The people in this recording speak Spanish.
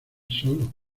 solo